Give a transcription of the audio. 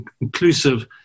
inclusive